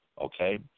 Okay